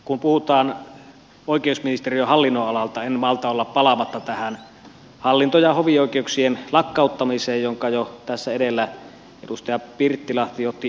kun puhutaan oikeusministeriön hallinnonalasta en malta olla palaamatta tähän hallinto ja hovioikeuksien lakkauttamiseen jonka tässä edellä jo edustaja pirttilahti otti esille